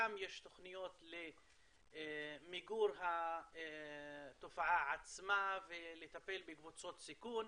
יש גם תוכניות למיגור התופעה עצמה ולטפל בקבוצות סיכון.